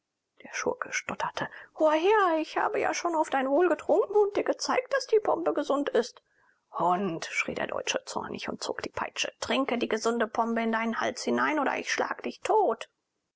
der schurke stotterte hoher herr ich habe ja schon auf dein wohl getrunken und dir gezeigt daß die pombe gesund ist hund schrie der deutsche zornig und zog die peitsche trinke die gesunde pombe in deinen hals hinein oder ich schlage dich tot